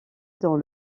dans